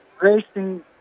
racing